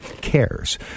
cares